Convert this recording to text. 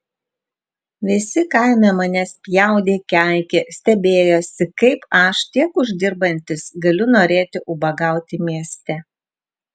visi kaime mane spjaudė keikė stebėjosi kaip aš tiek uždirbantis galiu norėti ubagauti mieste